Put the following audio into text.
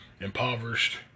impoverished